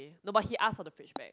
no but he asked for the fridge back